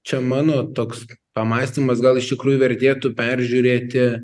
čia mano toks pamąstymas gal iš tikrųjų vertėtų peržiūrėti